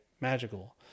magical